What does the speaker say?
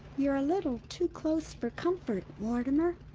you're a little too close for comfort, mortimer.